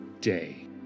day